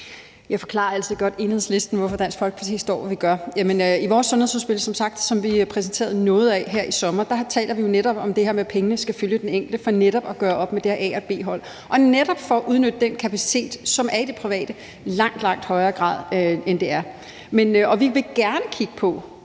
Jeg forklarer altid gerne Enhedslisten, hvorfor Dansk Folkeparti står, hvor vi gør. I vores sundhedsudspil, som vi som sagt præsenterede noget af her i sommer, taler vi jo netop om det her med, at pengene skal følge den enkelte; det var netop for at gøre op med det her om et A og B-hold og for netop at udnytte den kapacitet, som er i det private i langt, langt højere grad, end det sker. Vi vil gerne kigge på,